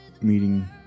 meeting